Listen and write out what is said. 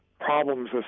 problems